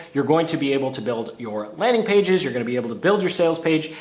you're going to be able to build your landing pages. you're going to be able to build your sales page.